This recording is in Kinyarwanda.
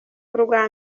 urwa